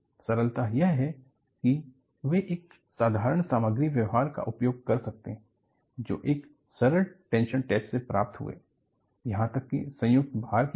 सरलता यह है कि वे एक साधारण सामग्री व्यवहार का उपयोग कर सकते हैं जो एक सरल टेंशन टेस्ट में प्राप्त हुए यहां तक कि संयुक्त भार के लिए भी